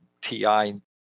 TI